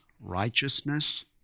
righteousness